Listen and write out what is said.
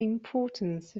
importance